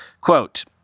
Quote